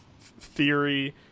theory